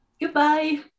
goodbye